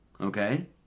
Okay